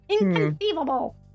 Inconceivable